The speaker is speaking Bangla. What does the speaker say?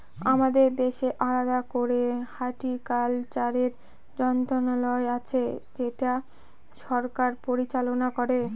আমাদের দেশে আলাদা করে হর্টিকালচারের মন্ত্রণালয় আছে যেটা সরকার পরিচালনা করে